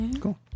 Cool